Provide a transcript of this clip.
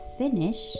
finish